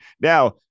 Now